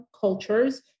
cultures